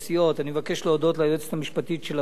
אני מבקש להודות ליועצת המשפטית של הוועדה,